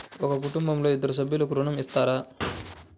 ఒక కుటుంబంలో ఇద్దరు సభ్యులకు ఋణం ఇస్తారా?